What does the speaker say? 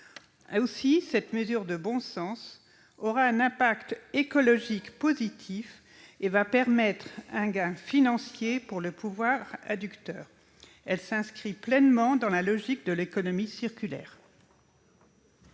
de cette mesure de bon sens aura aussi un impact écologique positif et permettra un gain financier pour le pouvoir adjudicateur. Elle s'inscrit pleinement dans la logique de l'économie circulaire.